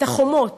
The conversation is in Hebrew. את החומות,